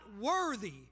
worthy